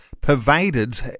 pervaded